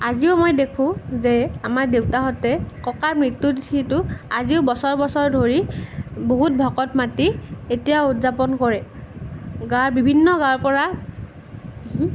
আজিও মই দেখো যে আমাৰ দেউতাহঁতে ককাৰ মৃত্যুৰ তিথিটো আজিও বছৰ বছৰ ধৰি বহুত ভকত মাতি এতিয়াও উদযাপন কৰে গাঁৱৰ বিভিন্ন গাঁৱৰ পৰা